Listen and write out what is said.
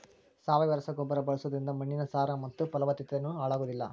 ಸಾವಯವ ರಸಗೊಬ್ಬರ ಬಳ್ಸೋದ್ರಿಂದ ಮಣ್ಣಿನ ಸಾರ ಮತ್ತ ಪಲವತ್ತತೆನು ಹಾಳಾಗೋದಿಲ್ಲ